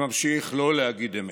וממשיך לא להגיד אמת.